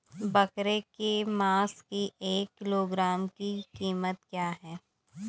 बकरे के मांस की एक किलोग्राम की कीमत क्या है?